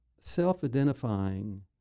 self-identifying